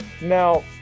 now